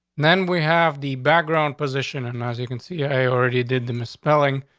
then? we have the background position, and as you can see, i already did the misspelling.